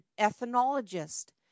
ethnologist